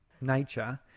nature